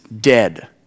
dead